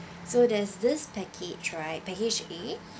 so there's this package right package a